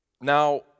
Now